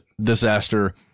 disaster